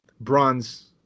bronze